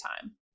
time